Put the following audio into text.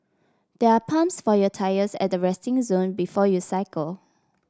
there are pumps for your tyres at the resting zone before you cycle